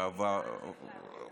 אתה גזען בכלל.